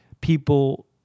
people